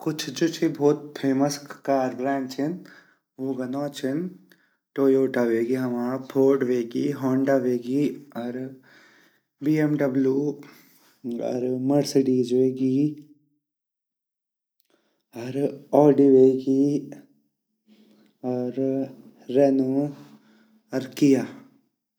कुछ जु ची भोत फेमस कार ब्रांड छिन उंगा नौ छिन टोयोटा वेगि फोर्ड वेगि अर हौंडा वेगि अर बी-एम्-डब्लू अर मर्सेडीएस वेगी अर ऑडी वेगी अर रेनो अर किया।